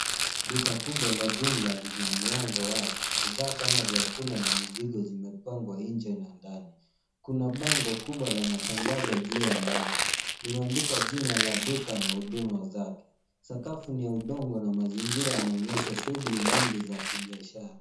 Duka kubwa la jumla lina mlango wazi. Bidhaa kama vyakula na mizigo zimepangwa nje na ndani. Kuna bango kubwa la matangazo juu ya mlango. Limeandikwa jina la duka na huduma zake. Sakafu ni ya udongo na mazingira yanaonyesha shughuli nyingi za kibiashara.